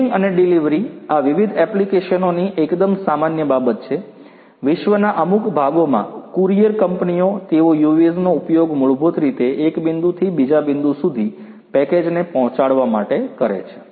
shipping અને delivery આ વિવિધ એપ્લિકેશનોની એકદમ સામાન્ય બાબત છે વિશ્વના અમુક ભાગોમાં કુરિયર કંપનીઓ તેઓ UAVs નો ઉપયોગ મૂળભૂત રીતે એક બિંદુથી બીજા બિંદુ સુધી પેકેજને પહોંચાડવા માટે કરે છે